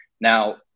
now